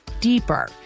deeper